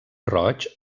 roig